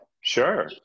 Sure